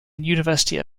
university